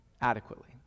adequately